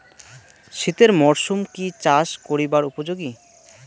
শীতের মরসুম কি চাষ করিবার উপযোগী?